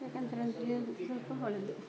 ಯಾಕಂಥೇಳಿದ್ರೆ ಸ್ವಲ್ಪ ಒಳ್ಳೆಯದು